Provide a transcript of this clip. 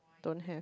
don't have